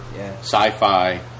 Sci-Fi